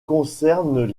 concernent